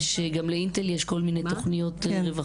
גם לאינטל יש כל מיני תוכניות רווחה.